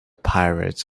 pirates